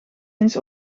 eens